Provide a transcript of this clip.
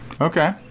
Okay